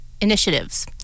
Initiatives